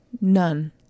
none